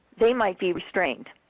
they might be restraint,